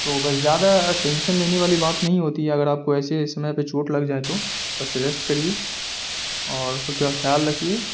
تو بس زیادہ ٹینشن لینے والی بات نہیں ہوتی ہے اگر آپ کو ایسے سمے پہ چوٹ لگ جائے تو بس ریسٹ کریے اور خود کا خیال رکھیے